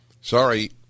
Sorry